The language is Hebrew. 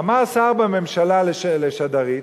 אמר שר בממשלה לשדרית: